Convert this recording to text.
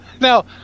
Now